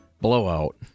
Blowout